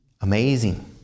amazing